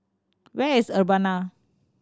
where is Urbana